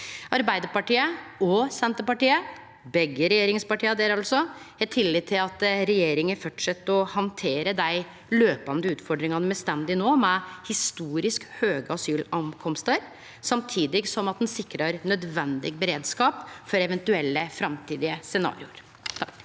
Arbeidarpartiet og Senterpartiet – begge regjeringspartia der, altså – har tillit til at regjeringa fortset å handtere dei løpande utfordringane me står i no, med historisk høge tal for asylinnkomstar, samtidig som ein sikrar nødvendig beredskap for eventuelle framtidige scenario.